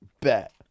Bet